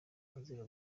azira